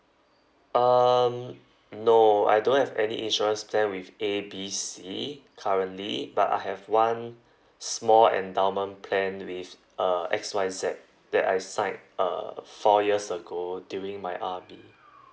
um no I don't have any insurance plan with A B C currently but I have one small endowment plan with uh X Y Z that I signed uh four years ago during my army